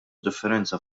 differenza